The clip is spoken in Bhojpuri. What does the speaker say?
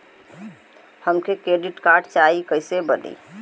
हमके क्रेडिट कार्ड चाही कैसे बनी?